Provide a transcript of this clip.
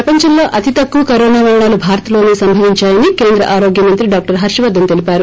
ప్రపంచంలో అతి తక్కువ కరోనా మరణాలు భారత్లోసే సంభవించాయని కేంద్ర ఆరోగ్య మంత్రి డాక్టర్ హర్షవర్షన్ తెలిపారు